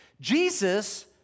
Jesus